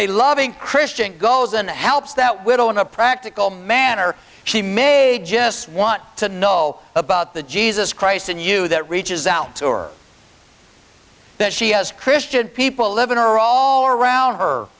a loving christian goes and helps that widow in a practical manner she may just want to know about the jesus christ in you that reaches out or that she has christian people living or all around her